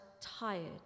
tired